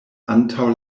antaŭ